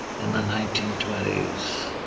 in the nineteen twenty s.